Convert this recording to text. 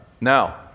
Now